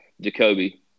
Jacoby